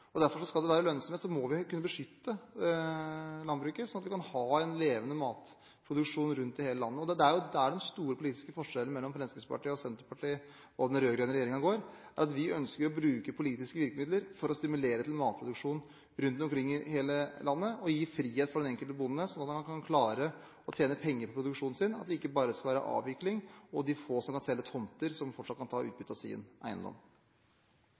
kunne beskytte landbruket, sånn at vi kan ha en levende matproduksjon rundt om i hele landet. Det er jo der den store politiske forskjellen mellom Fremskrittspartiet og Senterpartiet og den rød-grønne regjeringen går: Vi ønsker å bruke politiske virkemidler for å stimulere til matproduksjon rundt omkring i hele landet og gi frihet for den enkelte bonde, sånn at han kan klare å tjene penger på produksjonen sin – at det ikke bare skal være avvikling og de få som kan selge tomter, som fortsatt kan ta ut utbytte av sin eiendom.